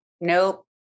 Nope